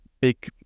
big